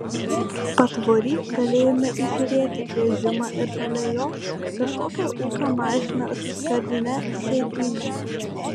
patvory galėjome įžiūrėti vežimą ir šalia jo kažkokią ūkio mašiną su skardine sėdyne